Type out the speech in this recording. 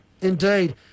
Indeed